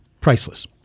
Priceless